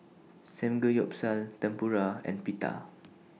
Samgeyopsal Tempura and Pita